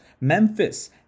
Memphis